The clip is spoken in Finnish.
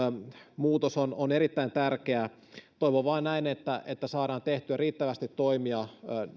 muutos on on erittäin tärkeä toivon vain näin että että saadaan tehtyä riittävästi toimia